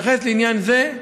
בהתייחס לעניין זה,